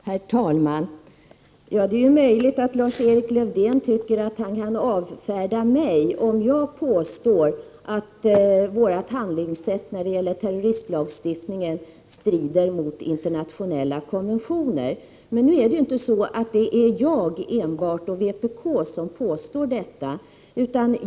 Herr talman! Det är möjligt att Lars-Erik Lövdén tycker att han kan avfärda mig om jag påstår att vårt handlingssätt när det gäller terroristlagstiftningen strider mot internationella konventioner. Men nu är det inte enbart jag och vpk som påstår detta.